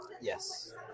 Yes